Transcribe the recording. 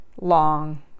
long